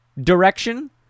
direction